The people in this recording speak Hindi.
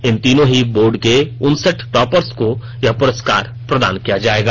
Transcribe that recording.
इन तीनों ही बोर्ड के उनसठ टॉपर्स को यह पुरस्कार प्रदान किया जाएगा